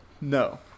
No